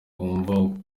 wumva